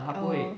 orh